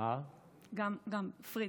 גם פריד.